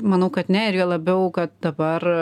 manau kad ne ir juo labiau kad dabar